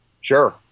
Sure